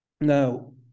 Now